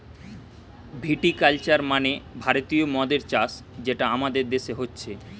ভিটি culture মানে ভারতীয় মদের চাষ যেটা আমাদের দেশে হচ্ছে